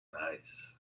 nice